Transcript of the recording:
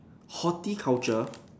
horticulture